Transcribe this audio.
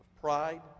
pride